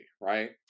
right